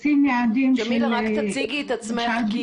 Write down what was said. ג'מילה, תציגי את עצמך.